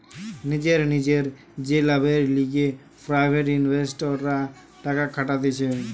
নিজের নিজের যে লাভের লিগে প্রাইভেট ইনভেস্টররা টাকা খাটাতিছে